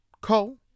Cole